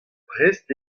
prest